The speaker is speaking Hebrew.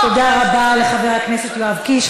תודה רבה לחבר הכנסת יואב קיש.